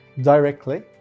directly